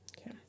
Okay